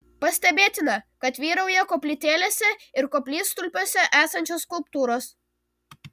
pastebėtina kad vyrauja koplytėlėse ir koplytstulpiuose esančios skulptūros